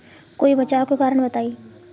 कोई बचाव के कारण बताई?